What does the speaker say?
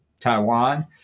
Taiwan